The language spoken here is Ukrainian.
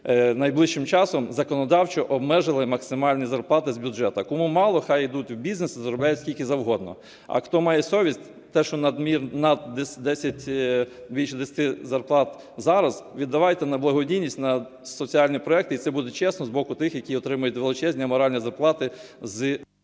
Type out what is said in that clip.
найближчим часом законодавчо обмежили максимальні зарплати з бюджету. Кому мало, хай ідуть в бізнес і заробляють скільки завгодно. А хто має совість, те, що більше десяти зарплат зараз, віддавайте на благодійність, на соціальні проекти, і це буде чесно з боку тих, які отримують величезні аморальні зарплати з...